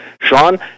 Sean